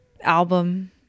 album